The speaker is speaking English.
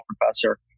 professor